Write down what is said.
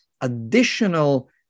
additional